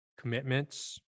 commitments